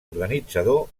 organitzador